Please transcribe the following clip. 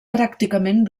pràcticament